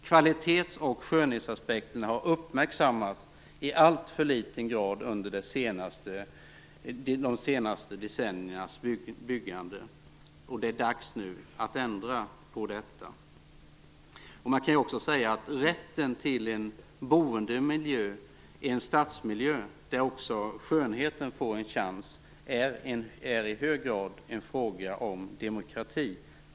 Kvalitets och skönhetsaspekterna har uppmärksammats i allt för liten grad under de senaste decenniernas byggande. Det är dags nu att ändra på detta. Man kan också säga att rätten till en boendemiljö, en stadsmiljö, där också skönheten får en chans i hög grad är en fråga om demokrati.